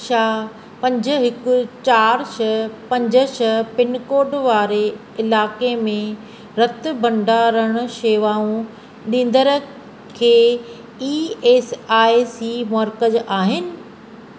छा पंज हिकु चार छ्ह पंज छ्ह पिनकोडु वारे इलाक़े में रतु भंडारणु सेवाऊं ॾींदड़ु के ई एस आइ सी मर्कज़ आहिनि